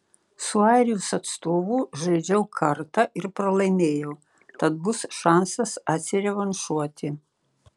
su airijos atstovu žaidžiau kartą ir pralaimėjau tad bus šansas atsirevanšuoti